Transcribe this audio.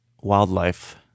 wildlife